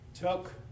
took